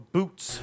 Boots